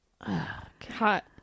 Hot